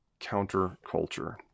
counterculture